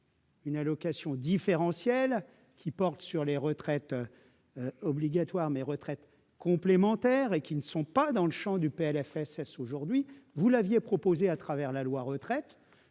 d'une allocation différentielle qui porte sur les retraites obligatoires, mais complémentaires, et qui ne sont pas dans le champ du PLFSS aujourd'hui. Vous aviez proposé de le faire dans